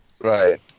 Right